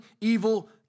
evil